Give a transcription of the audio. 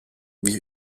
wir